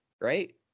right